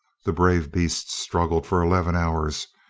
the brave beasts struggled for eleven hours,